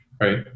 right